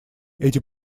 эти